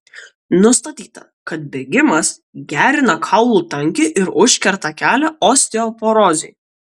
nustatyta kad bėgimas gerina kaulų tankį ir užkerta kelią osteoporozei